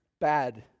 bad